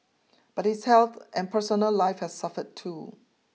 but his health and personal life have suffered too